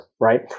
right